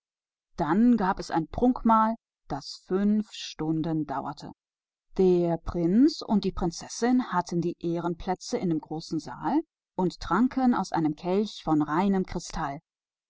dann gab es eine staatstafel die fünf stunden dauerte der prinz und die prinzessin saßen obenan in der großen halle und tranken aus einem kristallnen